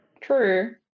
True